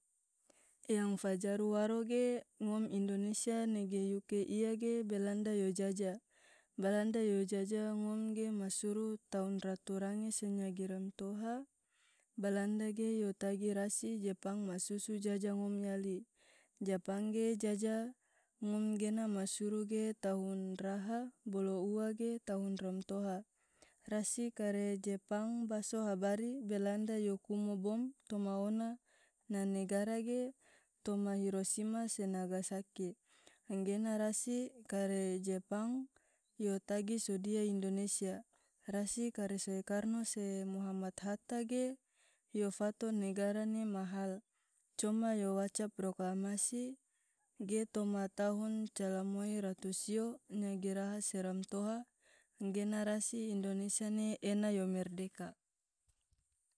Yang fajaru waro ge. ngom indonesia nage yuke iya ge belanda yo jaja. balanda yo jaja ngom ge masuru taun ratu range se nyagi ramtoha, balanda ge yo tagi rasi japang masusu jaja ngom yali, japang ge jaja ngom gena masuru ge tahun raha bolo u ge tahun ramtoha, rasi kare japang baso habari balanda yo kumo bom toma ona na negara ge toma hirosima se nagasaki engena rasi kare japang yo tagi sodia indonesia, rasi kare soekarno se muhammad hatta ge yo fato negara ne ma hal, coma yo waca proklamasi ge toma tahun cala moi ratu sio nyagi raha se ramtoha, engena rasi indonesia ne ena yo merdeka.